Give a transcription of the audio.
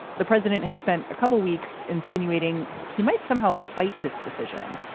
the president had spent a couple of weeks insinuating he might somehow fight this decision.